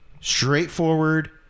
straightforward